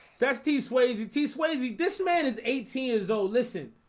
bestie swayze t swayze, this man is eighteen years old. listen,